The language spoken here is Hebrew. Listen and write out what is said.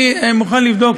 אני מוכן לבדוק.